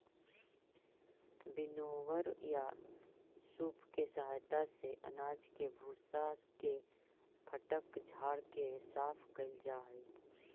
winnower या सूप के सहायता से अनाज के भूसा के फटक झाड़ के साफ कैल जा हई